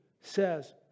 says